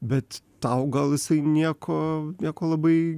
bet tau gal jisai nieko nieko labai